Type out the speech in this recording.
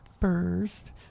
first